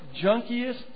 junkiest